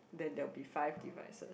then there will be five devices